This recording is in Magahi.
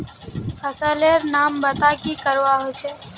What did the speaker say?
फसल लेर नाम बता की करवा होचे?